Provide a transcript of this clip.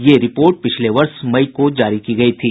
यह रिपोर्ट पिछले वर्ष मई में जारी की गयी थी